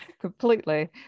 completely